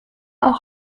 auch